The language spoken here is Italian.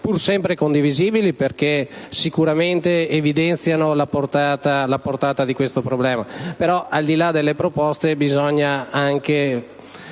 pur sempre condivisibili perché sicuramente evidenziano la portata di questo problema; però, al di là delle proposte, tutti quanti